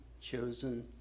chosen